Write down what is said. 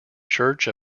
church